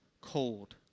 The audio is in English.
cold